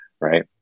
right